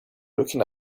looking